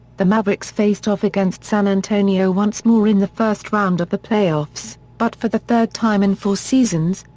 the mavericks faced off against san antonio once more in the first round of the playoffs, but for the third time in four seasons,